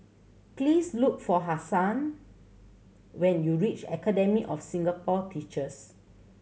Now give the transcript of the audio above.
please look for Hazen when you reach Academy of Singapore Teachers